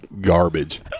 garbage